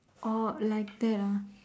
orh like that ah